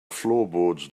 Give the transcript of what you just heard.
floorboards